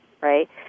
right